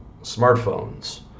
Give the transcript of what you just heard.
smartphones